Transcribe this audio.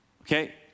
okay